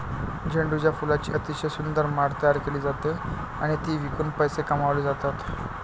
झेंडूच्या फुलांची अतिशय सुंदर माळ तयार केली जाते आणि ती विकून पैसे कमावले जातात